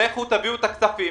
לכו ותביאו את הכסף.